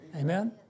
Amen